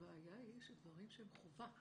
הבעיה היא דברים שהם חובה.